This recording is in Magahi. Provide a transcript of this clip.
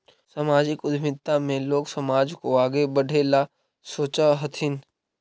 सामाजिक उद्यमिता में लोग समाज को आगे बढ़े ला सोचा हथीन